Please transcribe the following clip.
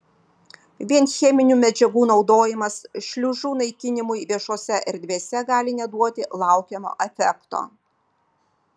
vien cheminių medžiagų naudojimas šliužų naikinimui viešosiose erdvėse gali neduoti laukiamo efekto